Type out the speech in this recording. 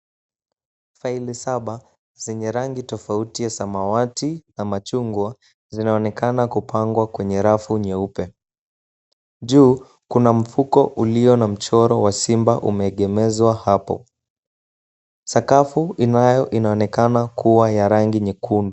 Faili saba zenye rangi tofauti ya samawati na machungwa, zinaonekana kupangwa kwenye rafu nyeupe. Juu kuna mfuko ulio na mchoro wa simba umeegemezwa hapo. Sakafu inaonekana kuwa ya rangi nyekundu.